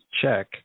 check